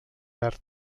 verd